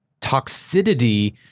toxicity